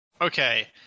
Okay